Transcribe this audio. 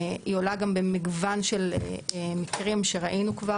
היא עולה גם במגוון של מקרים שראינו כבר